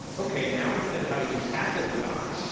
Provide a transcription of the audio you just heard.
okay. now instead of having to tackle the guy,